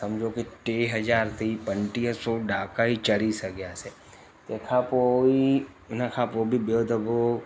सम्झो के टे हज़ार तई पंटीह सौ डाका ई चढ़ी सघियासीं तंहिंखां पोइ कोई उन खां पोइ बि ॿियो दफ़ो